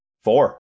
Four